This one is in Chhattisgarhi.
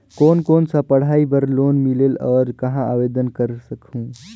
कोन कोन सा पढ़ाई बर लोन मिलेल और कहाँ आवेदन कर सकहुं?